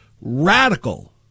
radical